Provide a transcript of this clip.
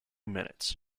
minutes